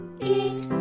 eat